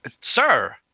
Sir